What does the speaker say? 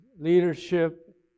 leadership